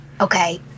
Okay